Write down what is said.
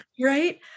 Right